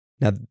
Now